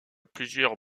plusieurs